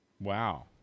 Wow